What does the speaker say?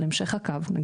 על המשך הקו.